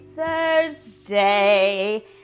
Thursday